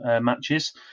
matches